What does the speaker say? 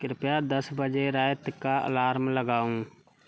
कृपया दस बजे राति कऽ अलार्म लगाउ